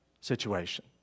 situation